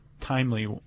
timely